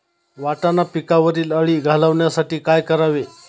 वाटाणा पिकावरील अळी घालवण्यासाठी काय करावे?